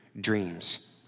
dreams